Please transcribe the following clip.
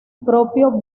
propio